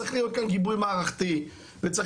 צריך להיות כאן גיבוי מערכתי וצריך